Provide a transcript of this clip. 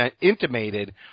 intimated